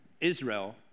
Israel